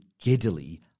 giddily